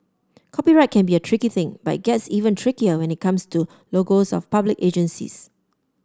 copyright can be a tricky thing but it gets even trickier when it comes to logos of public agencies